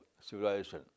civilization